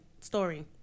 story